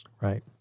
Right